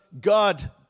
God